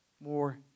More